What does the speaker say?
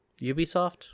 ubisoft